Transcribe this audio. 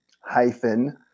hyphen